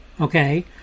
okay